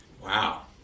Wow